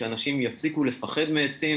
שאנשים יפסיקו לפחד מעצים.